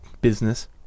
business